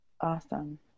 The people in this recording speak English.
Awesome